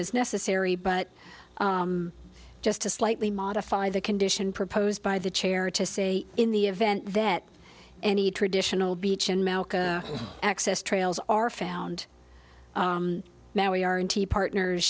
is necessary but just to slightly modify the condition proposed by the chair to say in the event that any traditional beechen malka access trails are found now we are in t partners